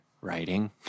writing